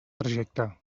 trajecte